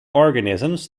organisms